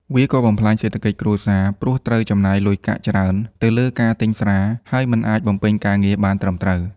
វាក៏បំផ្លាញសេដ្ឋកិច្ចគ្រួសារ ព្រោះត្រូវចំណាយលុយកាក់ច្រើនទៅលើការទិញស្រា ហើយមិនអាចបំពេញការងារបានត្រឹមត្រូវ។